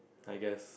I guess